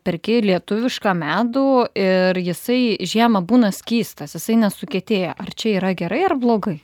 perki lietuvišką medų ir jisai žiemą būna skystas jisai nesukietėja ar čia yra gerai ar blogai